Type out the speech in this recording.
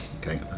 okay